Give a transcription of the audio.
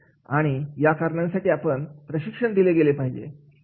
आणि या कारणांसाठी आपण प्रशिक्षण दिले गेले पाहिजे